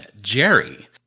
Jerry